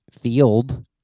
field